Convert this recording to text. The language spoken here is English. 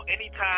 anytime